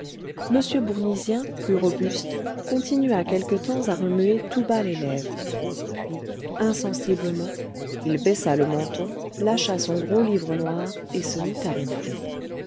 m bournisien plus robuste continua quelque temps à remuer tout bas les lèvres puis insensiblement il baissa le menton lâcha son gros livre noir et se mit à ronfler